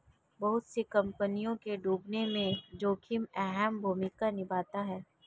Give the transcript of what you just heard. बहुत सी कम्पनियों के डूबने में जोखिम अहम भूमिका निभाता है